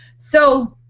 so.